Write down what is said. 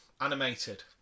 animated